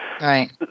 Right